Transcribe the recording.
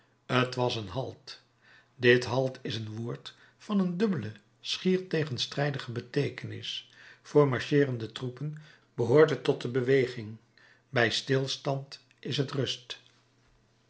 t was een halt dit halt is een woord van een dubbele schier tegenstrijdige beteekenis voor marcheerende troepen behoort het tot de beweging bij stilstand is het rust